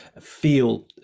feel